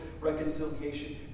reconciliation